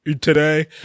today